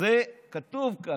זה כתוב כאן.